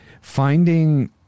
finding